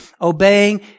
obeying